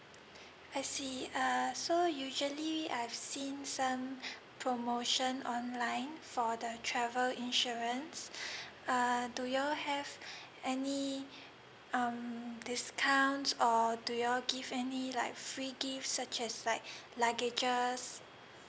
I see uh so usually I've seen some promotion online for the travel insurance uh do y'all have any um discounts or do y'all give any like free gift such as like luggages